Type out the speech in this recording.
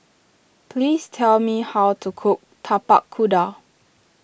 please tell me how to cook Tapak Kuda